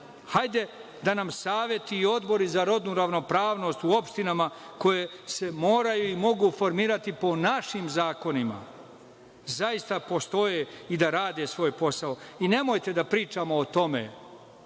Hajde da nam saveti i odbori za rodnu ravnopravnost u opštinama koje se moraju i mogu formirati po našim zakonima, zaista postoje i da rade svoj posao. Nemojte da pričamo o tome